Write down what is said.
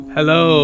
Hello